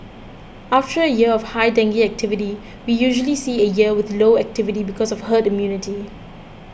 after a year with high dengue activity we usually see a year with low activity because of herd immunity